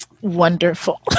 Wonderful